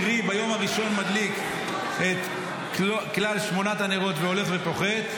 קרי ביום הראשון מדליק את כלל שמונת הנרות והולך ופוחת.